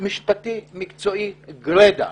משפטי מקצועי גרידא.